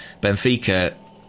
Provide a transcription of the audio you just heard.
Benfica